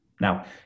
Now